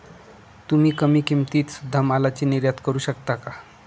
तुम्ही कमी किमतीत सुध्दा मालाची निर्यात करू शकता का